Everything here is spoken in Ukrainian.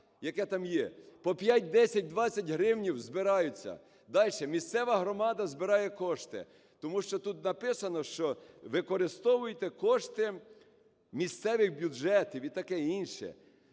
яке там є, по 5, 10, 20 гривень збираються. Дальше, місцева громада збирає кошти. Тому що тут написано, що використовуйте кошти місцевих бюджетів і таке інше.